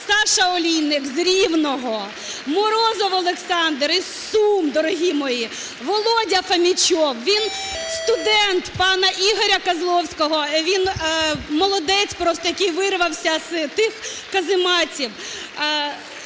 Саша Олійник з Рівного, Морозов Олександр із Сум. Дорогі мої! Володя Фомічов, він студент… пана Ігоря Козловського, він молодець просто, який вирвався з тих казематів.